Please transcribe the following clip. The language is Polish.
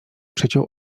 przeciął